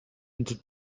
into